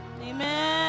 Amen